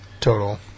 total